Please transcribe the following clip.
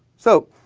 so,